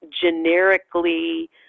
generically